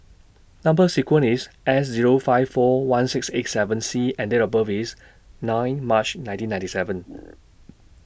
Number sequence IS S Zero five four one six eight seven C and Date of birth IS nine March nineteen ninety seven